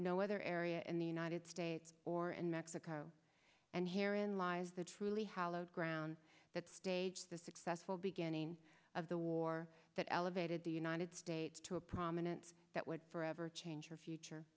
no other area in the united states or in mexico and here in lies the truly hallowed ground that stage the successful beginning of the war that elevated the united states to a prominent that would forever change your future